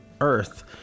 earth